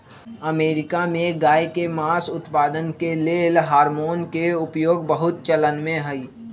America में गायके मास उत्पादन के लेल हार्मोन के उपयोग बहुत चलनमें हइ